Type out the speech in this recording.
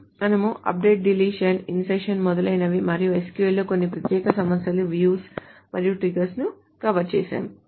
మనము update deletion insertion మొదలైనవి మరియు SQL లో కొన్ని ప్రత్యేక సమస్యలు views మరియు ట్రిగ్గర్లు కవర్ చేశాము